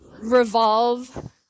revolve